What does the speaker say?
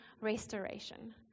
restoration